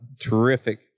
Terrific